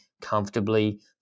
comfortably